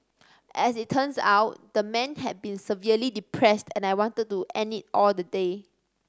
as it turns out the man had been severely depressed and wanted to end it all the day